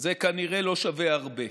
זה כנראה לא שווה הרבה.